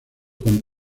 con